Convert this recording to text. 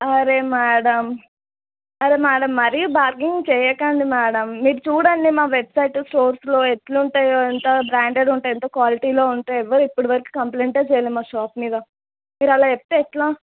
అరే మ్యాడమ్ అరే మ్యాడమ్ మరీ బార్గింగ్ చెయ్యకండి మ్యాడమ్ మీరు చూడండి మా వెబ్సైట్ స్టోర్స్లో ఎట్లుంటయో ఎంత బ్రాండెడ్ ఉంటయో ఎంత క్వాలిటీలో ఉంటాయో ఎవ్వరు ఇప్పటివరకు కంప్లైంటే చేయలేదు మా షాప్ మీద మీరు అలా చెప్తే ఎట్లా